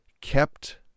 kept